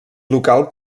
local